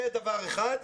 זה דבר אחד.